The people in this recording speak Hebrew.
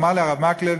אמר לי הרב מקלב